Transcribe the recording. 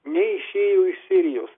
neišėjo iš sirijos